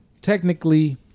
technically